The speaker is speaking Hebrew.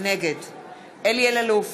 נגד אלי אלאלוף,